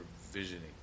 visioning